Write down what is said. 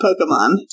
Pokemon